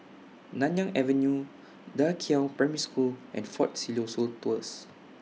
Nanyang Avenue DA Qiao Primary School and Fort Siloso Tours